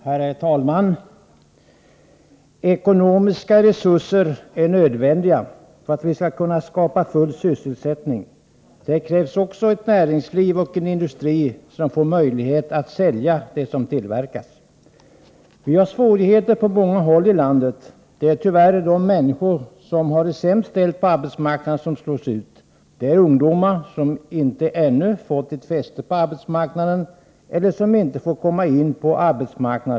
Herr talman! Ekonomiska resurser är nödvändiga för att vi skall kunna skapa full sysselsättning. Det krävs emellertid också ett näringsliv och en industri som får möjlighet att sälja det som tillverkas. Vi har svårigheter på många håll i landet. Det är tyvärr de människor som har det sämst ställt på arbetsmarknaden som slås ut. Det är ungdomar, som inte ännu fått ett fäste på arbetsmarknaden, eller som inte får komma in på arbetsmarknaden.